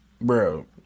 Bro